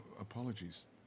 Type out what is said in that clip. apologies